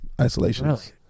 isolations